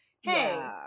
hey